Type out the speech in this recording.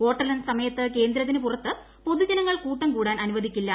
വോട്ടെണ്ണൽ സമയത്ത് കേന്ദ്രത്തിന് പുറത്ത് പൊതുജനങ്ങൾ കൂട്ടംകൂടാൻ അനുവദിക്കില്ല